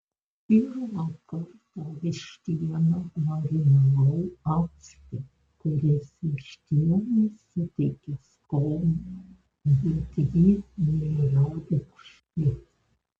pirmą kartą vištieną marinavau acte kuris vištienai suteikia skonį bet ji nėra rūgšti